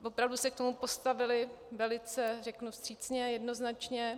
Opravdu se k tomu postavili velice vstřícně, jednoznačně.